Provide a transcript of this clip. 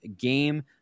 game